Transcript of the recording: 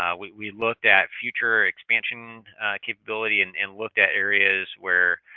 um we we looked at future expansion capability and and looked at areas where